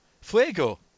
Fuego